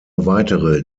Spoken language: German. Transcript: weitere